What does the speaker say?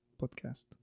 podcast